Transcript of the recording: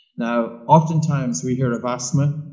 now oftentimes we hear of asthma,